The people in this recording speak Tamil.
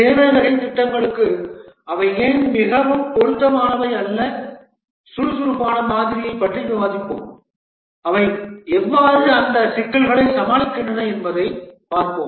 சேவை வகை திட்டங்களுக்கு அவை ஏன் மிகவும் பொருத்தமானவை அல்ல சுறுசுறுப்பான மாதிரியைப் பற்றி விவாதிப்போம் அவை எவ்வாறு அந்த சிக்கல்களை சமாளிக்கின்றன என்பதைப் பார்ப்போம்